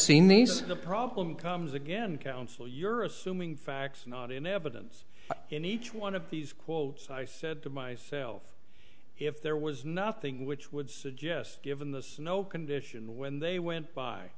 these the problem comes again counsel you're assuming facts not in evidence in each one of these quotes i said to myself if there was nothing which would suggest given the snow condition when they went by